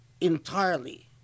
entirely